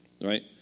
right